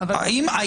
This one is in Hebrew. אין את